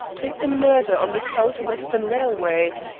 take the murder on the south-western railway.